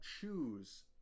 choose